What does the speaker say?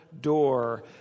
door